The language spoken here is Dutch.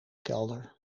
kelder